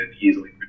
easily